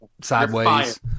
sideways